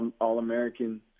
All-American